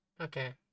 Okay